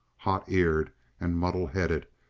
hot eared and muddle headed,